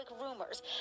rumors